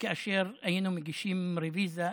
כאשר היינו מגישים רוויזיה,